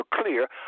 clear